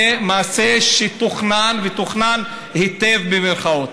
זה מעשה שתוכנן, ותוכנן "היטב", במירכאות.